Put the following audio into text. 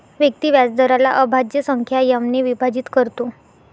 व्यक्ती व्याजदराला अभाज्य संख्या एम ने विभाजित करतो